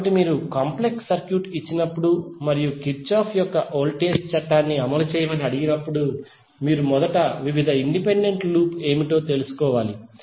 కాబట్టి మీరు complex circuit ఇచ్చినప్పుడు మరియు కిర్చాఫ్ యొక్క వోల్టేజ్ చట్టాన్ని అమలు చేయమని అడిగినప్పుడు మీరు మొదట వివిధ ఇండిపెండెంట్ లూప్ ఏమిటో తెలుసుకోవాలి